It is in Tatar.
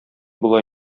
була